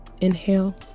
Inhale